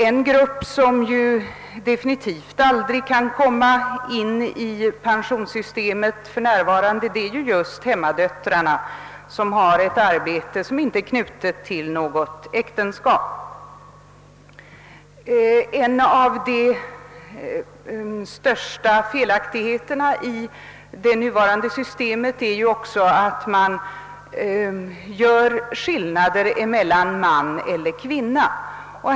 En grupp, som ju definitivt inte kan komma inidetnuvarande pensionssystemet, är hemmadöttrarna, vilka har ett arbete som inte är knutet till något äktenskap. En av de största felaktigheterna i det nuvarande systemet är vidare att det görs skillnad mellan man och kvinna.